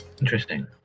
interesting